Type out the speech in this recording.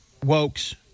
Wokes